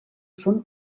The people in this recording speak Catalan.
són